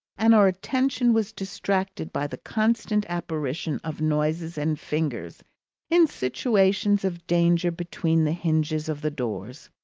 and our attention was distracted by the constant apparition of noses and fingers in situations of danger between the hinges of the doors.